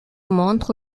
montre